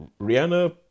rihanna